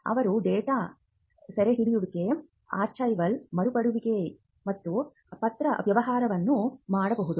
ಅವರು ಡೇಟಾ ಸೆರೆಹಿಡಿಯುವಿಕೆ ಆರ್ಕೈವಲ್ ಮರುಪಡೆಯುವಿಕೆ ಮತ್ತು ಪತ್ರವ್ಯವಹಾರವನ್ನು ಮಾಡಬಹುದು